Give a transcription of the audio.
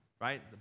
right